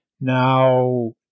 Now